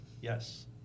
Yes